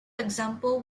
example